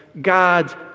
God's